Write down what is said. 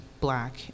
black